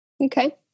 Okay